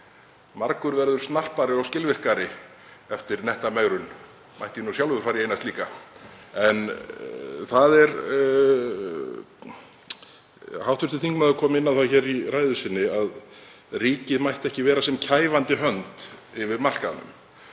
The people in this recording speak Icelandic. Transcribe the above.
Margur verður snarpari og skilvirkari eftir netta megrun. Mætti ég nú sjálfur fara í eina slíka. Hv. þingmaður kom inn á það í ræðu sinni að ríkið mætti ekki vera sem kæfandi hönd yfir markaðnum.